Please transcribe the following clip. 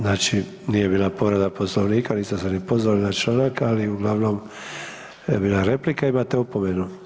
Znači nije bila povreda Poslovnika, niste se ni pozvali na članak ali uglavnom je bila replika, imate opomenu.